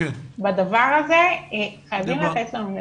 בדבר הזה חייבים לתת לנו נתונים.